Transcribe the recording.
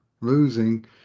losing